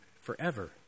forever